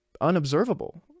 unobservable